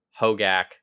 hogak